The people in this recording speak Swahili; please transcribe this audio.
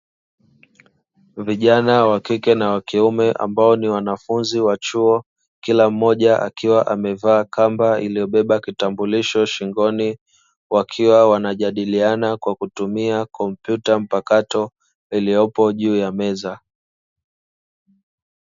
Vijana wakike na wakiume ambao ni wanafunzi wa chuo. Kila mmoja akiwa amevaa kamba iliyobeba kitambulisho shingoni; wakiwa wanajadiliana kwa kutumia kompyuta mpakato iliyopo juu ya meza.